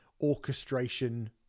orchestration